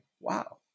Wow